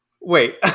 wait